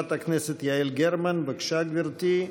חברת הכנסת יעל גרמן, בבקשה, גברתי.